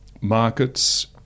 markets